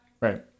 Right